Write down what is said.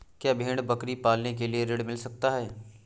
क्या भेड़ बकरी पालने के लिए ऋण मिल सकता है?